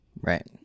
Right